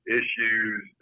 issues